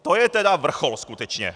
To je teda vrchol skutečně!